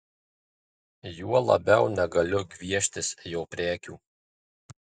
juo labiau negaliu gvieštis jo prekių